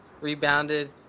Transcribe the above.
rebounded